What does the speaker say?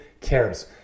cares